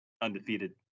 undefeated